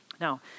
Now